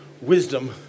wisdom